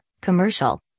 commercial